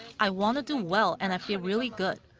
i want to do well and i feel really good.